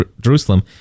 Jerusalem